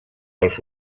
els